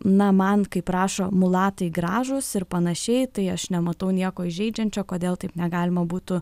na man kaip rašo mulatai gražūs ir panašiai tai aš nematau nieko įžeidžiančio kodėl taip negalima būtų